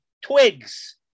Twigs